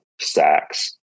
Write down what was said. sacks